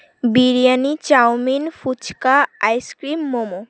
biryani chowmein phuchka ice cream momo